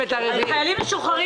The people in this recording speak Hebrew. את הרוויזיה על חיילים משוחררים.